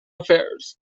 affairs